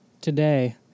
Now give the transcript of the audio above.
today